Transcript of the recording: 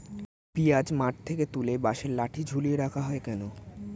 পিঁয়াজ মাঠ থেকে তুলে বাঁশের লাঠি ঝুলিয়ে রাখা হয় কেন?